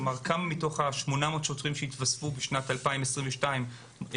כמה מתוך ה-880 שוטרים שיתווספו בשנת 2022 ילכו